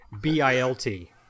B-I-L-T